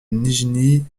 nijni